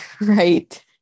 right